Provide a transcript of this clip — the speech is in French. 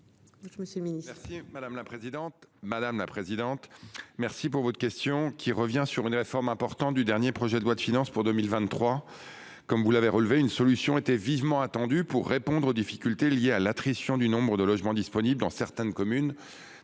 Madame la sénatrice, je vous remercie de votre question, qui revient sur une réforme importante de la loi de finances pour 2023. Comme vous le relevez, une solution était vivement attendue pour répondre aux difficultés liées à l'attrition du nombre de logements disponibles dans certaines communes,